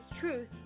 truth